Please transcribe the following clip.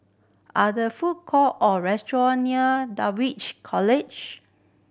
are the food court or restaurant near Dulwich College